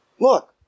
Look